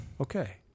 Okay